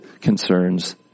concerns